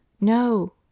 No